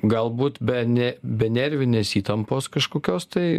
galbūt be ne be nervinės įtampos kažkokios tai